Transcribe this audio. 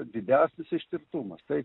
didesnis ištirtumas tai